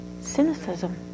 cynicism